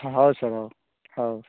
ହଁ ହଉ ସାର୍ ହଉ ହଉ